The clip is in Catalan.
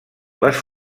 les